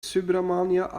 subramania